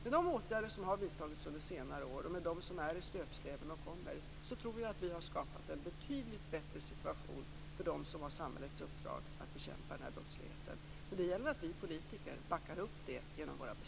Med de åtgärder som har vidtagits under senare år och med de som är i stöpsleven och kommer, tror vi att vi har skapat en betydligt bättre situation för dem som har samhällets uppdrag att bekämpa denna brottslighet. Men det gäller att vi politiker backar upp dem genom våra beslut.